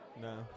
no